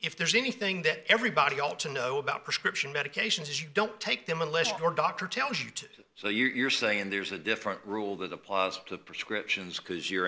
if there's anything that everybody ought to know about prescription medications you don't take them unless your doctor tells you to so you're saying there's a different rule that applies to prescriptions because you're